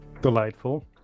Delightful